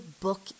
book